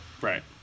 Right